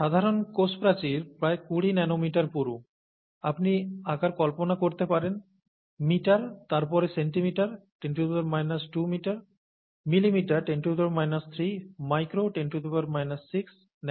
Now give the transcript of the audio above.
সাধারণ কোষ প্রাচীর প্রায় 20 ন্যানোমিটার পুরু আপনি আকার কল্পনা করতে পারেন মিটার তারপরে সেন্টিমিটারটি 10 2 মিটার মিলিমিটারটি 10 3 মাইক্রো 10 6 ন্যানো 10 9